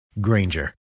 Granger